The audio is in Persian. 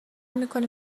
میکنیم